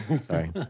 Sorry